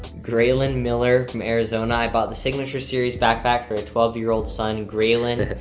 graylin miller from arizona, i bought the signature series backpack for twelve year old son, graylin.